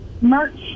merch